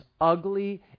ugly